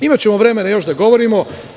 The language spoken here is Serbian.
Imaćemo vremena još da govorimo.